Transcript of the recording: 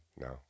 No